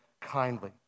kindly